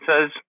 says